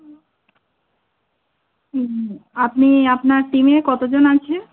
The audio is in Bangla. আপনি আপনার টিমে কত জন আছে